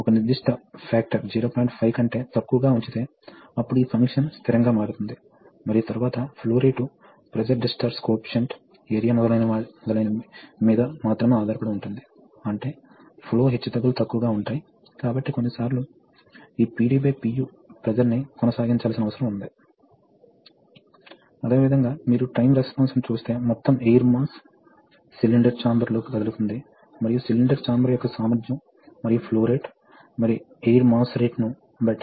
unload సర్క్యూట్లు system pressure selection సర్క్యూట్లు వివిధ రకాల రెసిప్రొకేటింగ్ సర్క్యూట్లు రాపిడ్ మోడ్ లతో రెసిప్రొకేటింగ్ సర్క్యూట్లు రిజనరేషన్ తో రెసిప్రొకేటింగ్ సర్క్యూట్లు రిజనరేషన్ మరియు కన్వెన్షనల్ తో రెసిప్రొకేటింగ్ సర్క్యూట్లు మరియు చివరికి మనం ఎక్కువ సిలిండర్లు తో సీక్వెన్సింగ్ సర్క్యూట్లను చూశాము